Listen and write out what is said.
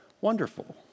Wonderful